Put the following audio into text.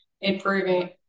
improving